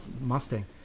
Mustang